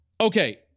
Okay